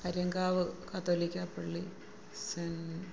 ആര്യങ്കാവ് കത്തോലിക്കാ പള്ളി സെൻ